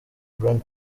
brad